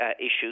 issues